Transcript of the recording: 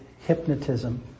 hypnotism